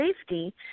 safety